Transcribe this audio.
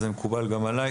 אז זה מקובל גם עליי.